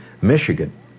Michigan